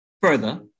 Further